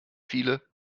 viele